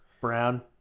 brown